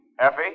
Effie